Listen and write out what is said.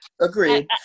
Agreed